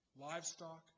Livestock